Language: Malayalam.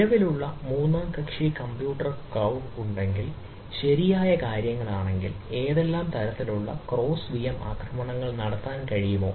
നിലവിലുള്ള മൂന്നാം കക്ഷി കമ്പ്യൂട്ട് ക്ളൌഡ് ഉണ്ടെങ്കിൽ ശരിയായ കാര്യങ്ങളാണെങ്കിൽ ഏതെങ്കിലും തരത്തിലുള്ള ക്രോസ് വിഎം ആക്രമണങ്ങൾ നടത്താൻ കഴിയുമോ